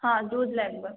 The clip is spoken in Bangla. হ্যাঁ দুধ লাগবে